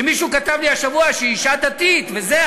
שמישהו כתב לי השבוע שהיא אישה דתית וזה,